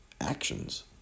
actions